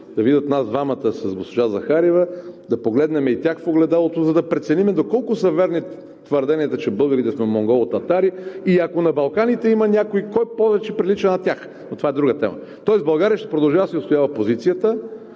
да видят нас двамата с госпожа Захариева, да погледнем и тях в огледалото, за да преценим доколко са верни твърденията, че българите са монголо-татари, и ако на Балканите има някой, кой повече прилича на тях, но това е друга тема. Тоест България ще продължава да си отстоява позицията.